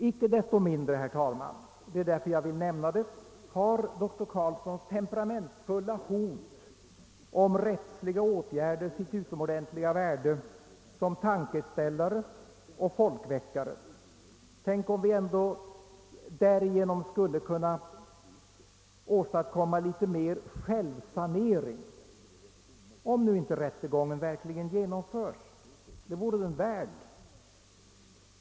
Icke desto mindre har doktor Carlssons temperamentsfulla hot om rättsliga åtgärder sitt utomordentliga värde — som tankeställare och folkväckare. Tänk om vi med ledning av detta exempel skulle försöka att åstadkomma något mera av en självsanering, om nu inte rättegången verkligen genomförs. Det vore den värd.